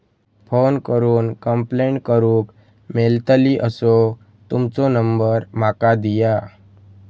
Phone करून complaint करूक मेलतली असो तुमचो नंबर माका दिया?